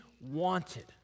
wanted